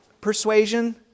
persuasion